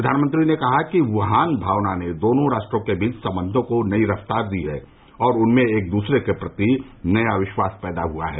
प्रधानमंत्री ने कहा कि वुहान भावना ने दोनों राष्ट्रों के बीच संबंधों को नई रफ्तार दी है और उनमें एक दूसरे के प्रति नया विश्वास पैदा हुआ है